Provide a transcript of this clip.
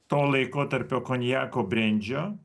to laikotarpio konjako brendžio